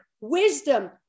wisdom